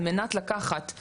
על מנת לקחת,